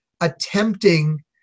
attempting